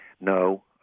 No